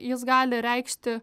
jis gali reikšti